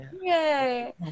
Yay